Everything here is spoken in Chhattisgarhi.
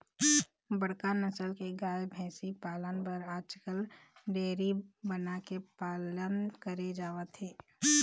बड़का नसल के गाय, भइसी पालन बर आजकाल डेयरी बना के पालन करे जावत हे